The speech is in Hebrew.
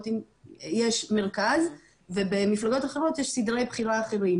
יש מרכז ובמפלגות אחרות יש סדרי בחירה אחרת,